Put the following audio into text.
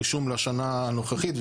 שרק 12 גופים מתוך 53 מנגישים גם בערבית,